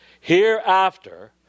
Hereafter